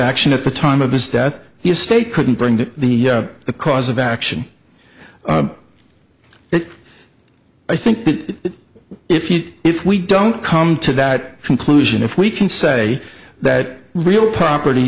action at the time of his death your state couldn't bring to the the cause of action but i think that if he if we don't come to that conclusion if we can say that real property